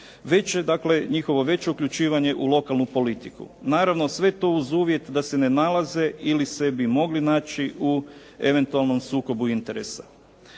veće dakle njihovo veće uključivanje u lokalnu politiku. Naravno, sve to uz uvjet da se ne nalaze ili bi se mogli naći u eventualnom sukobu interesa.